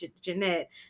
Jeanette